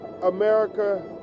America